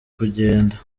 kugenda